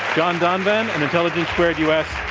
john donvan, and intelligence squared u. s.